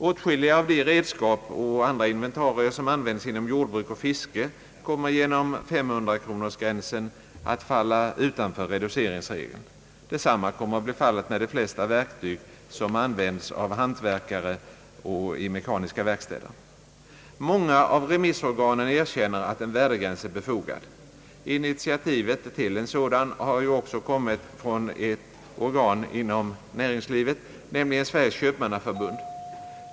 Åtskiliga av de redskap och andra inventarier, som används inom jordbruk och fiske, kommer genom 500-kronorsgränsen att falla utanför reduceringsregeln. Detsamma kommer att bli fallet med de flesta verktyg som används av hantverkare och i mekaniska verkstäder. Många av remissorganen erkänner att en värdegräns är befogad. Initiativet till en sådan har ju också kommit från ett organ inom näringslivet, nämligen Sveriges köpmannaförbund.